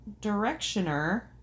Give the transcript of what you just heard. Directioner